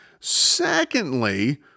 Secondly